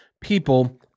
people